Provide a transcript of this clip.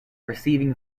receiving